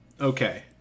Okay